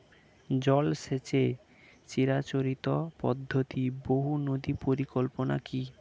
জল সেচের চিরাচরিত পদ্ধতি বহু নদী পরিকল্পনা কি?